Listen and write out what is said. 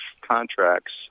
contracts